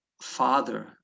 Father